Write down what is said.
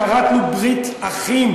כרתנו ברית אחים